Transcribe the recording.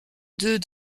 deux